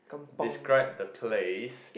describe the place